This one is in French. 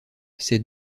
ces